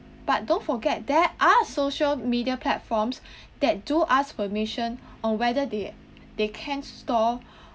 but don't forget there are social media platforms that do ask permission on whether they they can store